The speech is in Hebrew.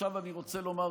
עכשיו אני רוצה לומר,